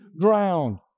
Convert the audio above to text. ground